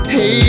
Hey